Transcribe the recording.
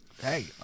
Hey